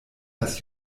das